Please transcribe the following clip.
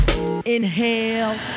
Inhale